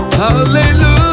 Hallelujah